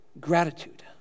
gratitude